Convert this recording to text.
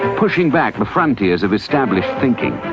pushing back the frontiers of established thinking,